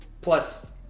Plus